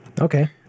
okay